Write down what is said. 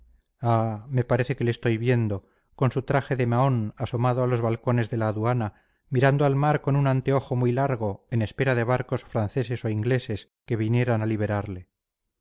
me parece que le estoy viendo con su traje de mahón asomado a los balcones de la aduana mirando al mar con un anteojo muy largo en espera de barcos franceses o ingleses que vinieran a liberarle